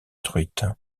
truite